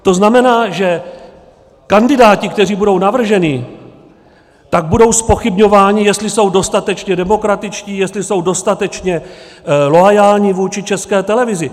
To znamená, že kandidáti, kteří budou navrženi, tak budou zpochybňováni, jestli jsou dostatečně demokratičtí, jestli jsou dostatečně loajální vůči České televizi.